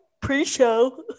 pre-show